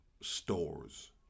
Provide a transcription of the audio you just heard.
stores